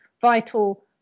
vital